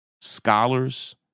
scholars